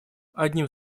одним